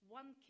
one